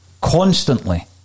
constantly